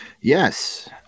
Yes